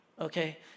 Okay